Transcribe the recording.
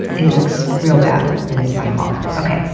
it looks real bad, and it's my fault. okay.